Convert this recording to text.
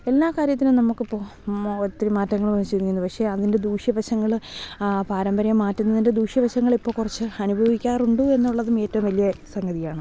എല്ലാ കാര്യത്തിനും നമുക്ക് ഇപ്പോൾ ഒത്തിരി മാറ്റങ്ങൾ വന്നിരിക്കുന്നു പക്ഷേ അതിൻ്റെ ദൂഷ്യവശങ്ങൾ പാരമ്പര്യം മാറ്റുന്നതിൻ്റെ ദൂഷ്യവശങ്ങൾ ഇപ്പോൾ കുറച്ചു അനുഭവിക്കാറുണ്ട് എന്നുള്ളതും ഏറ്റവും വലിയ സംഗതിയാണ്